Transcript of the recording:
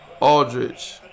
Aldridge